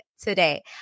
today